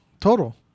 Total